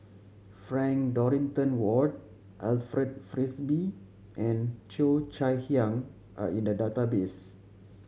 Frank Dorrington Ward Alfred Frisby and Cheo Chai Hiang are in the database